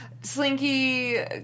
Slinky